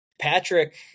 Patrick